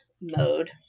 mode